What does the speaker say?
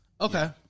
Okay